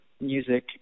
music